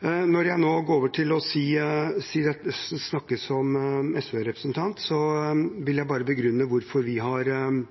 Når jeg nå går over til å snakke som SV-representant, vil jeg bare begrunne hvorfor vi